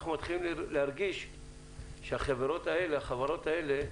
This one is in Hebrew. אנחנו מתחילים להרגיש שהחברות האלה,